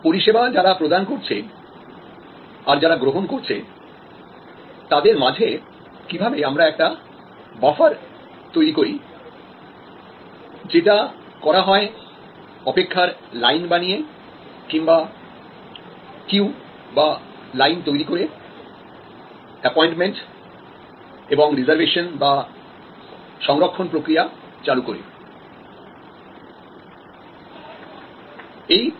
পরিষেবা যারা প্রদান করছে আর যারা গ্রহণ করছে তাদের মাঝে কিভাবে আমরা একটা বাফারতৈরি করি যেটা করা হয় অপেক্ষার লাইন বানিয়ে কিংবা কিউতৈরি করে অ্যাপোয়েন্টমেন্ট এবং রিজার্ভেশন প্রক্রিয়া চালু করে